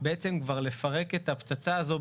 בעצם כבר לפרק את הפצצה הזאת,